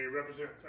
represent